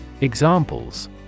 Examples